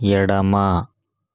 ఎడమ